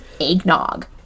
eggnog